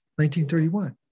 1931